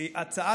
באירופה שהנהיגה